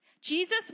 Jesus